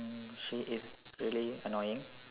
she is really annoying